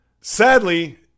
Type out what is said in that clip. Sadly